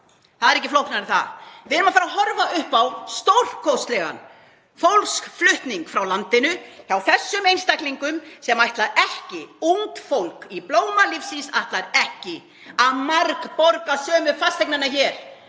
Það er ekki flóknara en það. Við eigum að fara að horfa upp á stórkostlega fólksflutninga frá landinu hjá þessum einstaklingum; ungt fólk í blóma lífsins ætlar ekki að margborga sömu fasteignina hér,